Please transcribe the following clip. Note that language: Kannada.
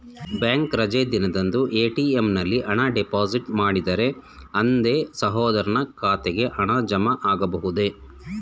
ಬ್ಯಾಂಕ್ ರಜೆ ದಿನದಂದು ಎ.ಟಿ.ಎಂ ನಲ್ಲಿ ಹಣ ಡಿಪಾಸಿಟ್ ಮಾಡಿದರೆ ಅಂದೇ ಸಹೋದರನ ಖಾತೆಗೆ ಹಣ ಜಮಾ ಆಗಬಹುದೇ?